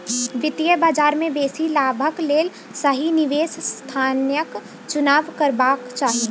वित्तीय बजार में बेसी लाभक लेल सही निवेश स्थानक चुनाव करबाक चाही